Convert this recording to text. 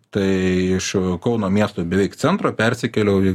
tai iš kauno miesto beveik centro persikėliau į